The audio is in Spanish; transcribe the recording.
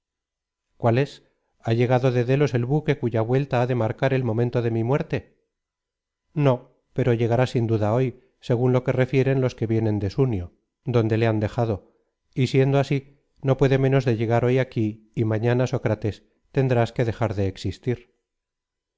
cuál es ha llegado de délos el buque cuya vuelta ha de marcar el momento de mi muerte no pero llegará sin duda hoy según lo que refieren los que vienen de unio donde le han dejado y siendo así no puede menos de llegar hoy aquí y mañana sócrates tendrás que dejar de existir